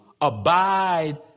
abide